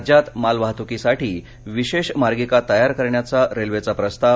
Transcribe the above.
राज्यात मालवाहतुकीसाठी विशेष मार्गिका तयार करण्याचा रेल्वेचा प्रस्ताव